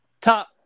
top